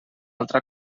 altra